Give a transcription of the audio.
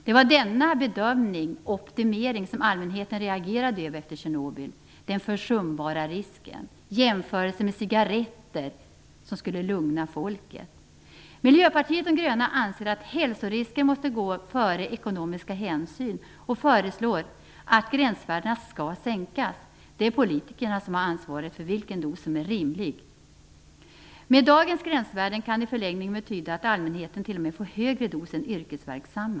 Det är denna bedömning, "optimering", som allmänheten reagerade på efter Tjernobyl. Den "försumbara risken" och jämförelsen med cigaretter skulle lugna folket. Miljöpartiet de gröna anser att hälsorisker måste gå före ekonomiska hänsyn och föreslår att gränsvärdena skall sänkas. Det är politikerna som har ansvaret för vilken dos som är rimlig. Med dagens gränsvärden kan det i en förlängning betyda att allmänheten t.o.m. får högre dos än yrkesverksamma.